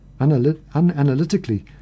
Unanalytically